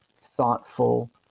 thoughtful